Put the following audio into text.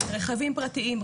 רכבים פרטיים,